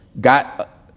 got